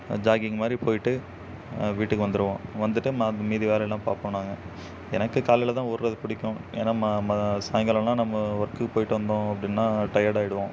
jogging மாதிரி போய்ட்டு வீட்டுக்கு வந்துடுவோம் வந்துட்டு ம மீதி வேலையெல்லாம் பார்ப்போம் நாங்கள் எனக்கு காலையில தான் ஒடுறது பிடிக்கும் ஏன்னா மா மா சாயங்காலம் எல்லாம் நம்ம ஒர்க்குக்கு போய்ட்டு வந்தோம் அப்படின்னா டயர்ட் ஆயிடுவோம்